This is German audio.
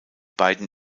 beiden